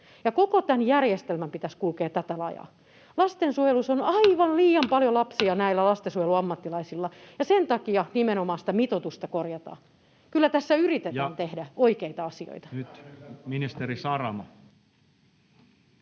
koko tämän järjestelmän pitäisi kulkea tällä lailla. Lastensuojelussa on aivan liian paljon lapsia näillä lastensuojelun ammattilaisilla, ja sen takia nimenomaan sitä mitoitusta korjataan. Kyllä tässä yritetään tehdä oikeita asioita.